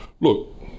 look